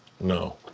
No